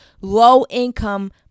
low-income